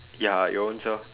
ya your own self